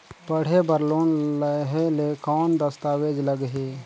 पढ़े बर लोन लहे ले कौन दस्तावेज लगही?